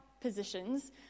positions